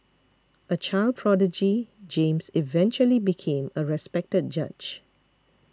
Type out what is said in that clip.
a child prodigy James eventually became a respected judge